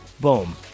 Boom